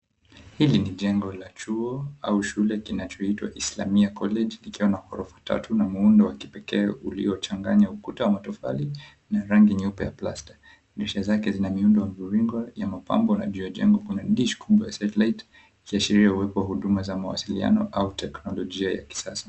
Hili ni jengo la chuo au shule kinachoitwa Islamia College ikiwa na ghorofa tatu na muundo wa kipekee uliochanganya ukuta, matofali na rangi nyeupe ya plaster dirisha zake zina muundo mviringo ya mapambo na juu ya jengo kuna dish kubwa ya satellite ikiashiria uwepo wa huduma za mawasiliano au teknolojia ya kisasa.